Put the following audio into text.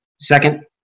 Second